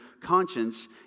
conscience